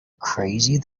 crazy